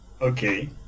Okay